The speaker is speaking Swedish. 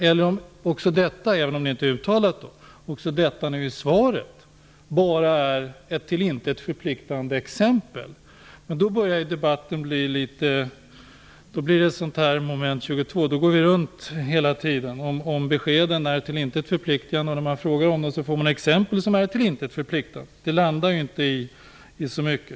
Eller är detta också i svaret ett till intet förpliktande exempel, även om det inte är uttalat? Men då börjar det bli litet av ett Moment 22. Vi går runt hela tiden: Beskeden är till intet förpliktigande, och när man frågar om dem får man exempel som är till intet förpliktigande.